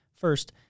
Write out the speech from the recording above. First